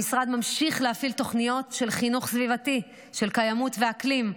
המשרד ממשיך להפעיל תוכניות של חינוך סביבתי של קיימות ואקלים.